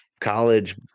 college